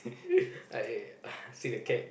I ah see the cat